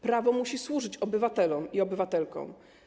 Prawo musi służyć obywatelom i obywatelkom.